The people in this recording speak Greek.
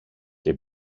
και